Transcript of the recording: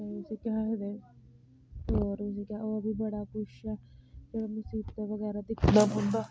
उसी केह् आखदे ओर जेह्ड़ी होर बी बड़ा कुछ ऐ जेह्ड़ा मसीबत बगैरा दिक्खना पौंदा